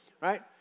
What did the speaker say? right